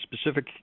specific